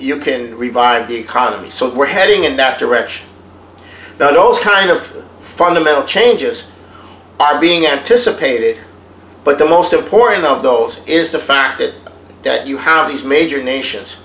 you can revive the economy so we're heading in that direction now those kind of fundamental changes are being anticipated but the most important of those is the fact that you have these major nations